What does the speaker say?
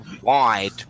wide